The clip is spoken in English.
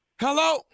Hello